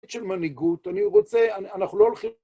של מנהיגות. אני רוצה, אנחנו לא הולכים...